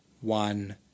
one